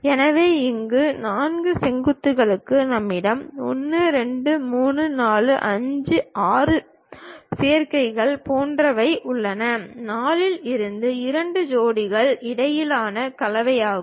எனவே இங்கே நான்கு செங்குத்துகளுக்கு நம்மிடம் 1 2 3 4 5 6 சேர்க்கைகள் போன்றவை உள்ளன 4 இல் இருந்து இரண்டு ஜோடிகளுக்கு இடையிலான கலவையாகும்